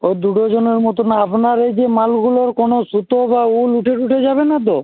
ও দু ডজনের মতো আপনার এই যে মালগুলোর কোনও সুতো বা উল উঠে ফুঠে যাবে না তো